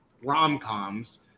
rom-coms